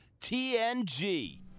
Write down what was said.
TNG